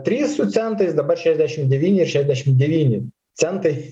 trys su centais dabar šešiasdešim devyni ir šešiasdešim devyni centai